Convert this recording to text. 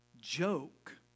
joke